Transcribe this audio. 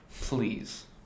Please